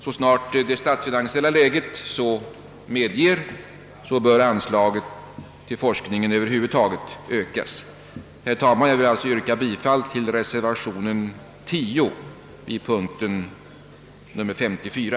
Så snart det statsfinansiella läget så medger bör anslagen till forskningen över huvud taget ökas. Herr talman! Jag ber att få yrka bifall till reservationen 10 vid punkten 54,